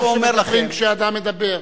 כשאדם מדבר.